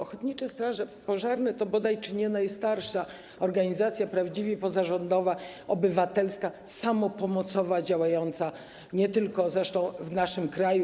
Ochotnicze straże pożarne to bodaj najstarsza organizacja prawdziwie pozarządowa, obywatelska, samopomocowa, działająca nie tylko zresztą w naszym kraju.